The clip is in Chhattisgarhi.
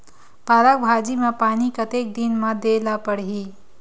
पालक भाजी म पानी कतेक दिन म देला पढ़ही?